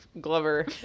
glover